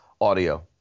audio